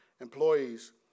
employees